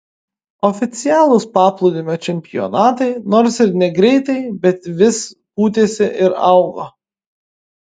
oficialūs paplūdimio čempionatai nors ir negreitai bet vis pūtėsi ir augo